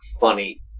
funny